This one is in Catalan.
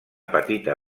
petita